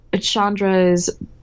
Chandra's